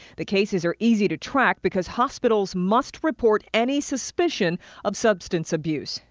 the cases are easy to track because hospitals must report any suspicion of substanc abuse.